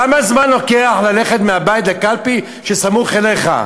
כמה זמן לוקח ללכת מהבית לקלפי שסמוכה אליך?